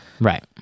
Right